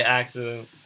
accident